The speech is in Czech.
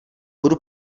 budu